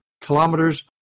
kilometers